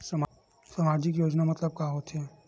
सामजिक योजना मतलब का होथे?